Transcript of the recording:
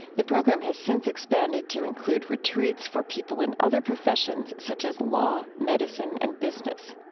the program has since expanded to include retreats for people in other professions such as law, medicine, and business.